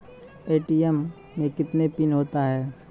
ATM मे कितने PIN होता हैं?